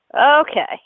Okay